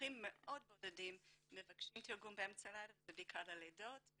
במקרים מאוד בודדים מבקשים תרגום באמצע הלילה וזה בעיקר ללידות,